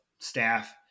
staff